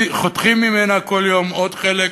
חותכים ממנה כל יום עוד חלק